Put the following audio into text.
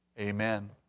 Amen